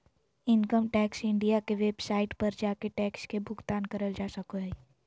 income tax India के website पर जाके टैक्स के भुगतान करल जा सको हय